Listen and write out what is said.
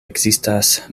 ekzistas